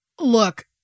Look